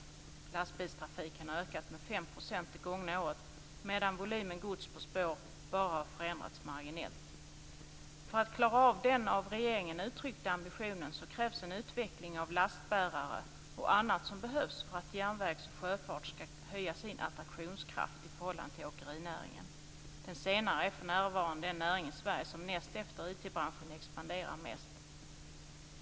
Lastbilstrafiken har ökat med 5 % det gångna året, medan volymen gods på spår bara har förändrats marginellt. För att klara den av regeringen uttryckta ambitionen krävs en utveckling av lastbärare och annat som behövs för att järnväg och sjöfart ska höja sin attraktionskraft i förhållande till åkerinäringen. Den senare är för närvarande den näring i Sverige som näst efter IT-branschen expanderar mest.